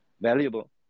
valuable